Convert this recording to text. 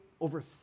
over